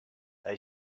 they